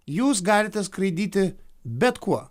jūs galite skraidyti bet kuo